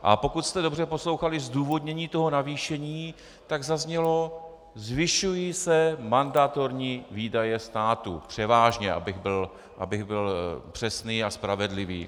A pokud jste dobře poslouchali zdůvodnění toho navýšení, tak zaznělo: zvyšují se mandatorní výdaje státu, převážně, abych byl přesný a spravedlivý.